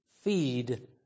feed